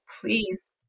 please